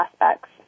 aspects